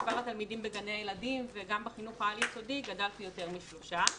מספר התלמידים בגני הילדים וגם בחינוך העל-יסודי גדל פי יותר משלושה.